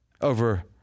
Over